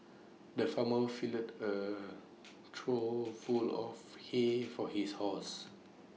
the farmer filled A trough full of hay for his horses